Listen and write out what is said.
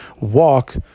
walk